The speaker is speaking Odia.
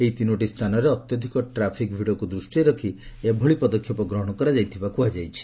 ଏହି ତିନୋଟି ସ୍ରାନରେ ଅତ୍ୟଧିକ ଟ୍ରାଫିକ୍ ଭିଡ଼କୁ ଦୂଷିରେ ରଖି ଏଭଳି ପଦକ୍ଷେପ ଗ୍ରହଶ କରାଯାଇଥିବା କୁହାଯାଇଛି